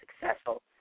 successful